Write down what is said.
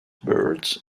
birds